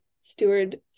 steward